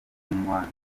kunywa